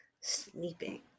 sleeping